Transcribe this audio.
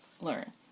learn